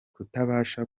kutabasha